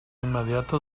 immediata